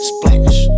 Splash